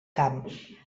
camp